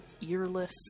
earless